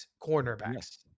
cornerbacks